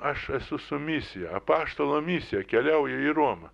aš esu su misija apaštalo misija keliauju į romą